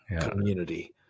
community